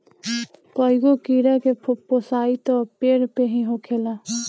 कईगो कीड़ा के पोसाई त पेड़ पे ही होखेला